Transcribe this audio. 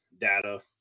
data